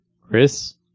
Chris